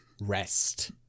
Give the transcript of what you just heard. Rest